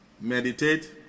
Meditate